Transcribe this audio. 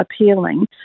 appealing